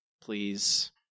please